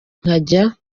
nkajya